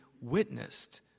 witnessed